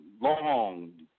long